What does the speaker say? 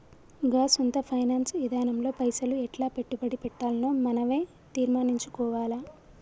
గా సొంత ఫైనాన్స్ ఇదానంలో పైసలు ఎట్లా పెట్టుబడి పెట్టాల్నో మనవే తీర్మనించుకోవాల